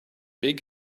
big